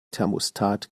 thermostat